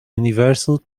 universal